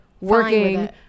working